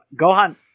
gohan